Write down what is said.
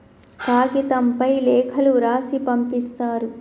కాగితంపై లేఖలు రాసి పంపిస్తారు